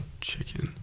chicken